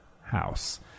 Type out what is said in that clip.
house